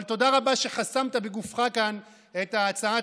אבל תודה רבה על שחסמת בגופך כאן את הצעת